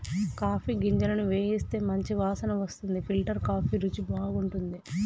coffee గింజలను వేయిస్తే మంచి వాసన వస్తుంది ఫిల్టర్ కాఫీ రుచి బాగుంటది